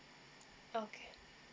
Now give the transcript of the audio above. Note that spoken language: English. okay